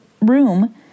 room